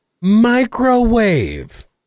microwave